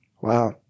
Wow